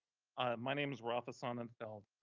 ah my name is rafa sonnenfeld.